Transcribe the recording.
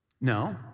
No